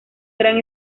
gran